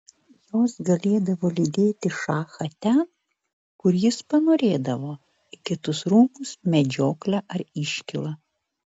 jos galėdavo lydėti šachą ten kur jis panorėdavo į kitus rūmus medžioklę ar iškylą